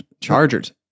Chargers